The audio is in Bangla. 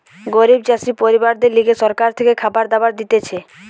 গরিব চাষি পরিবারদের লিগে সরকার থেকে খাবার দাবার দিতেছে